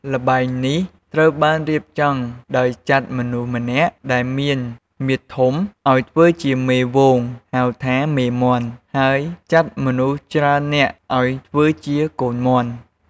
ល្បែងនេះត្រូវបានរៀបចំដោយចាត់មនុស្សម្នាក់ដែលមានមាឌធំ ឲ្យធ្វើជាមេហ្វូង ហៅថា "មេមាន់" ហើយចាត់មនុស្សច្រើននាក់ឲ្យធ្វើជាកូនមាន់។